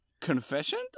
confession